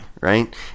right